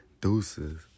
Deuces